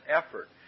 effort